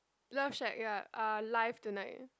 love shack ya uh live tonight